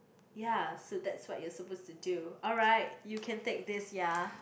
ya so that's what you're supposed to do alright you can take this ya